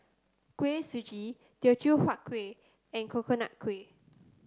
Kuih Suji Teochew Huat Kuih and Coconut Kuih